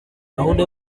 gahunda